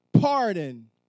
pardon